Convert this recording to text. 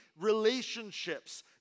relationships